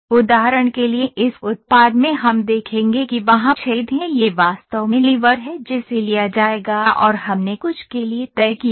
उदाहरण के लिए इस उत्पाद में हम देखेंगे कि वहाँ छेद हैं यह वास्तव में लीवर है जिसे लिया जाएगा और हमने कुछ के लिए तय किया है